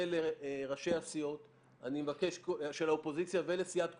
לראשי הסיעות של האופוזיציה ולסיעת כולנו,